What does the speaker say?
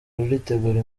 ruritegura